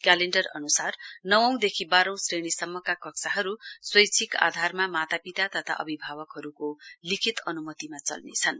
calendar अनुसार नवौंदेखि बाहौं क्षेणीसम्मका कक्षाहरू स्वैच्छिक आघारमा मातापिता तथा अभिभावकहरूको लिखित अनुमतिमा चल्नेछन्